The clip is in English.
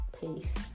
Peace